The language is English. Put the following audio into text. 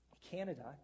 Canada